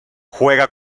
juega